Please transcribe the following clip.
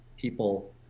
people